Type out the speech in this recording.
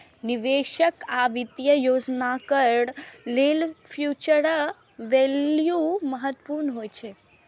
निवेशक आ वित्तीय योजनाकार लेल फ्यूचर वैल्यू महत्वपूर्ण होइ छै